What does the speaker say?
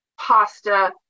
pasta